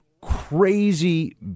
crazy